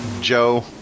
Joe